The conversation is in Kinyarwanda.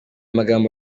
magambo